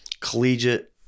collegiate